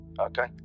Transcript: Okay